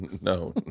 no